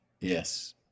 Yes